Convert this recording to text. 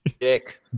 dick